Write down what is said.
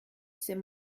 c’est